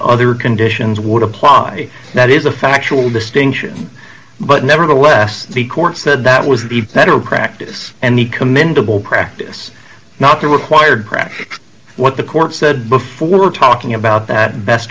other conditions would apply that is a factual distinction but nevertheless the court said that was the federal practice and the commendable practice not to require graft what the court said before we're talking about that best